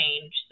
change